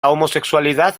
homosexualidad